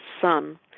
son